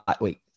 wait